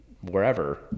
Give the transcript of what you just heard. wherever